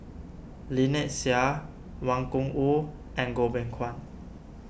Lynnette Seah Wang Gungwu and Goh Beng Kwan